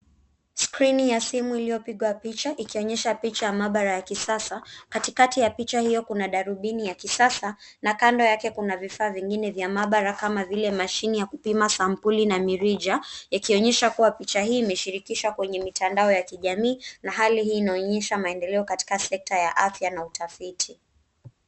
Skrini ya simu iliyopigwa picha ikionyesha picha ya maabara ya kisasa. Katikati ya picha hiyo kuna darubini ya kisasa na kando yake kuna vifaa vingine vya maabara kama vile mashine ya kupima sampuli na mirija yakionyesha kuwa picha hii imeshirikishwa kwenye mitandao ya kijamii na hali hii inaonyesha maendeleo katika sekta ya afya na utafiti.